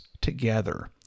together